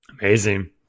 Amazing